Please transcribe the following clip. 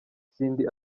cindy